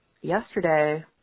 yesterday